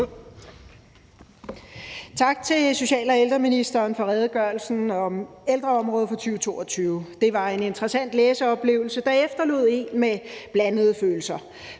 Tak til social- og ældreministeren for redegørelsen om ældreområdet for 2022. Det var en interessant læseoplevelse, der efterlod en med blandede følelser.